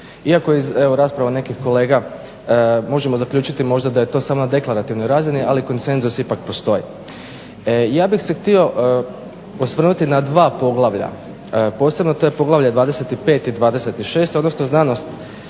Iako iz rasprava nekih kolega možemo zaključiti da je to samo na deklarativnoj razini ali konsenzus ipak postoji. Ja bih se htio osvrnuti na dva poglavlja, posebno to je poglavlje 25 i 26 odnosno znanosti